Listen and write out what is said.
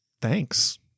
thanks